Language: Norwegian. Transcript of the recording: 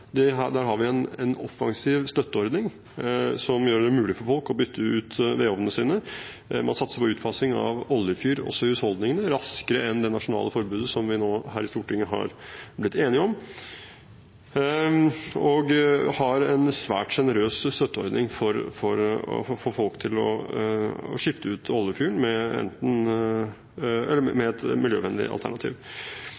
Der har vi en offensiv støtteordning, som gjør det mulig for folk å bytte ut vedovnene sine. Man satser på raskere utfasing av oljefyr i husholdningene enn det nasjonale forbudet som vi i Stortinget har blitt enige om, og vi har en svært generøs støtteordning for å få folk til å skifte ut oljefyren med et miljøvennlig alternativ. Et annet viktig element for å gjøre noe med